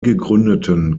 gegründeten